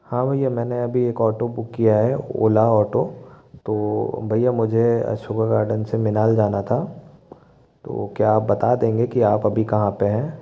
हाँ भैया मैने अभी एक ऑटो बुक किया है ओला ऑटो तो भैया मुझे अशोका गार्डन से मीनाल जाना था तो क्या आप बता देंगे कि आप अभी कहाँ पर हैं